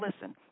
listen